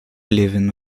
левин